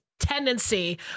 tendency